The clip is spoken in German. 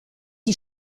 die